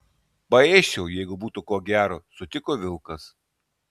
paėsčiau jeigu būtų ko gero sutiko vilkas